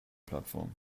plattform